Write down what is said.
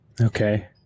okay